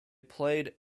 played